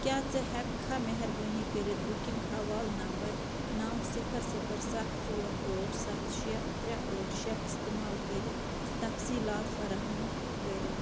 کیٛاہ ژٕ ہیٚکہِ کھا مہربٲنی کٔرتھ بکنٛگ حوالہٕ نمبر نَو صِفَر صِفَر سَتھ ژور ٲٹھ سَتھ شےٚ ترٛےٚ ٲٹھ شےٚ استعمال کٔرتھ تفصیٖلات فراہم کٔرتھ